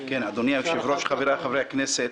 אדוני היושב-ראש, חבריי חברי הכנסת.